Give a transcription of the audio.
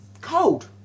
cold